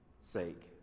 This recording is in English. sake